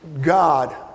God